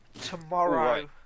tomorrow